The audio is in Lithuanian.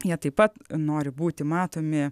jie taip pat nori būti matomi